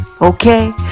okay